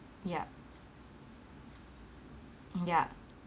yup ya